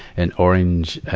in orange, ah,